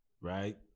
right